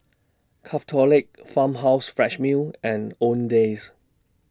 Craftholic Farmhouse Fresh Milk and Owndays